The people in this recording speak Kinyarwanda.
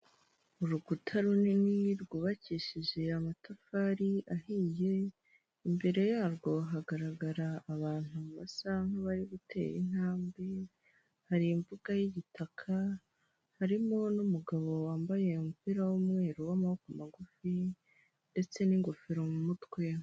Urukuta runini rwubakishije amatafari ahiye, imbere yarwo hagaragara abantu basa nk'abari gutera intambwe, hari imbuga y'igitaka, harimo n'umugabo wambaye umupira w'umweru w'amaboko magufi ndetse n'ingofero mu mutwe.